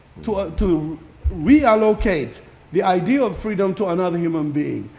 to to reallocate the idea of freedom to another human being.